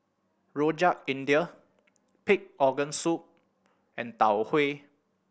Rojak India pig organ soup and Tau Huay